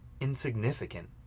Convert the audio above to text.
insignificant